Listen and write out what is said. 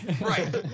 Right